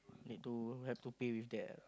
need to have to pay with that